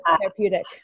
therapeutic